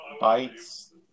bites